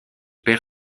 perd